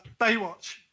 Baywatch